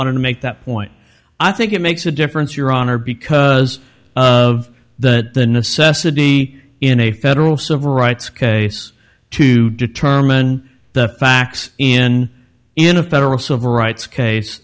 want to make that point i think it makes a difference your honor because of the necessity in a federal civil rights case to determine the facts in in a federal civil rights case